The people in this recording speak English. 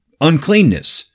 uncleanness